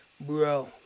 bro